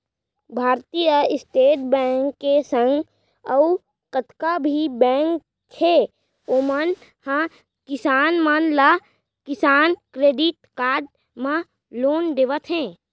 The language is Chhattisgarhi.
भारतीय स्टेट बेंक के संग अउ जतका भी बेंक हे ओमन ह किसान मन ला किसान क्रेडिट कारड म लोन देवत हें